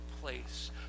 place